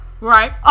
Right